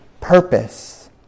purpose